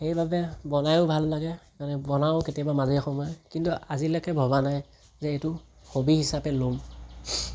সেইবাবে বনায়ো ভাল লাগে সেইকাৰণে বনাওঁ কেতিয়াবা মাজে সময়ে কিন্তু আজিলৈকে ভবা নাই যে ঈইটো হ'বী হিচাপে ল'ম